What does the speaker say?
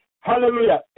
Hallelujah